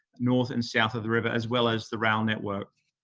north and south of the river, as well as the rail network.